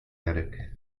attic